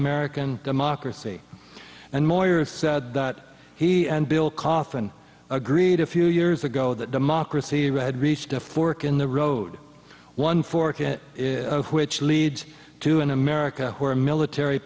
american democracy and moyer said that he and bill kaufman agreed a few years ago that democracy read reached a fork in the road one fork it is which leads to an america where military